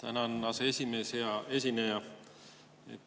Tänan, aseesimees! Hea esineja!